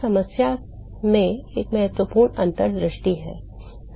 तो यह समस्या में एक महत्वपूर्ण अंतर्दृष्टि है